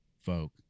folk